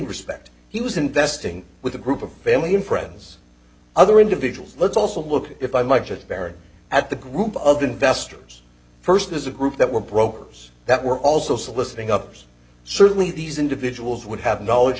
respect he was investing with a group of family and friends other individuals let's also look if i might just parrot at the group of investors first as a group that were brokers that were also soliciting ups certainly these individuals would have knowledge